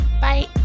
Bye